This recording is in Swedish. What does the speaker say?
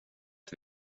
ett